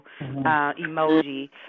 emoji